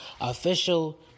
official